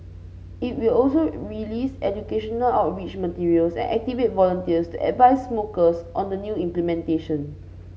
it will also release educational outreach materials and activate volunteers to advise smokers on the new implementation